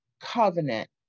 covenant